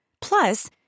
Plus